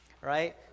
right